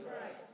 Christ